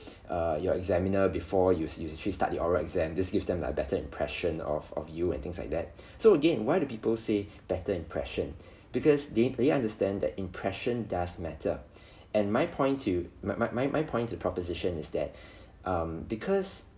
err your examiner before you you actually start your oral exam this give them like better impression of of you and things like that so again why do people say better impression because they they understand the impression does matter and my point to my my my my point to proposition is that um because